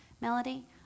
Melody